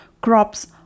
crops